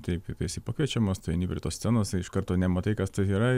taip esi pakviečiamas tu eini prie tos scenos iš karto nematai kas tai yra ir